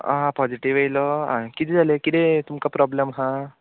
आं पोजिटीव येयलो आं कितें जालें किदें तुमकां प्रोब्लेम आहा